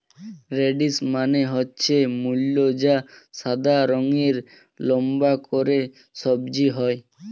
radish মানে হচ্ছে মূলো যা সাদা রঙের লম্বা করে সবজি হয়